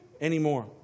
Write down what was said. anymore